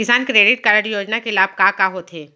किसान credit card योजना के लाभ का का होथे?